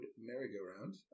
merry-go-round